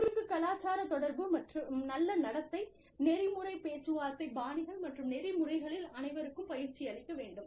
குறுக்கு கலாச்சார தொடர்பு நல்ல நடத்தை நெறிமுறை பேச்சுவார்த்தை பாணிகள் மற்றும் நெறிமுறைகளில் அனைவருக்கும் பயிற்சி அளிக்க வேண்டும்